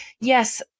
yes